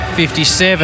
57